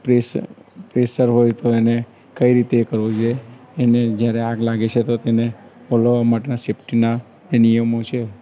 press pressure હોય તો એને કઈ રીતે કરવું જોઈએ એને જ્યારે આગ લાગે છે તો તેને હોલવવા માટેના સેફ્ટીના એ નિયમો છે